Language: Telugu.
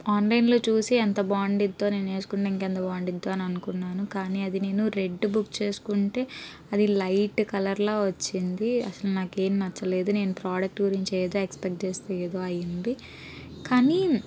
ఆన్లైన్లో చూసి ఎంత బాగుండిద్దో నేను వేసుకుంటే ఇంకెంత బాగుండిద్దో అనుకున్నాను కానీ అది నేను రెడ్ బుక్ చేసుకుంటే అది లైట్ కలర్లో వచ్చింది అసలు నాకేం నచ్చలేదు నేను ప్రోడక్ట్ గురించి అయితే ఎక్స్పెక్ట్ చేస్తే ఏదో అయింది కానీ